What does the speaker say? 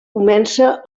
comença